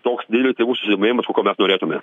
toks didelis tėvų susidomėjimas kokio mes norėtumėme